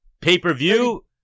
pay-per-view